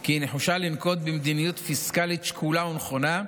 כי היא נחושה לנקוט מדיניות פיסקלית שקולה ונכונה,